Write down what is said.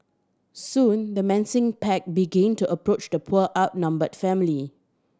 soon the menacing pack began to approach the poor outnumbered family